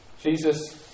Jesus